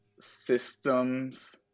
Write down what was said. systems